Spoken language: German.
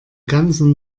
ganzen